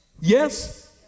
yes